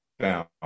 down